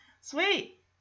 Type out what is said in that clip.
sweet